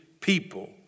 people